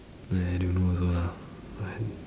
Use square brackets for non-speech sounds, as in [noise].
uh I don't know also lah [noise]